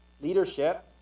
Leadership